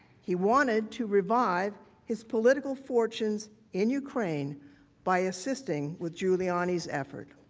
he wanted to revive his political fortunes in ukraine by assisting with giuliani's efforts.